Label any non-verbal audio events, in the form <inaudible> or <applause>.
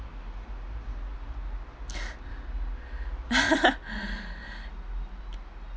<laughs>